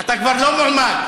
אתה כבר לא מועמד.